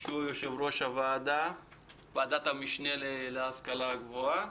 שהוא יושב-ראש ועדת המשנה להשכלה גבוהה.